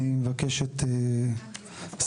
אני מבקש את סבלנותכם.